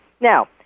Now